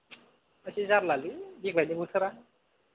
मासि जारलालै देग्लायनि बोथोरा